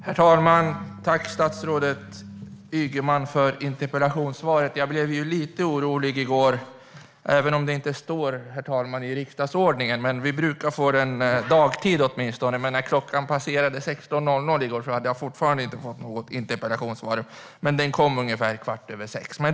Herr talman! Jag tackar statsrådet Ygeman för interpellationssvaret. Jag blev lite orolig i går. Även om det inte står någonting om det i riksdagsordningen brukar vi få interpellationssvaren dagtid. Men när klockan hade passerat 16.00 i går hade jag fortfarande inte fått något interpellationssvar. Men det kom ungefär 18.15.